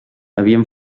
havien